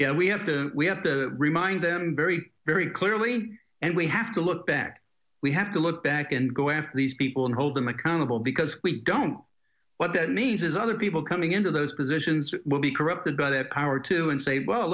problem we have to we have to remind them very very clearly and we have to look back we have to look back and go after these people and hold them accountable because we don't what that means is other people coming into those positions will be corrupted by that power too and say well